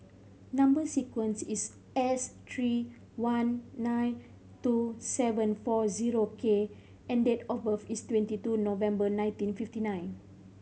number sequence is S three one nine two seven four zero K and date of birth is twenty two November nineteen fifty nine